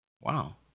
Wow